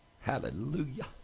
Hallelujah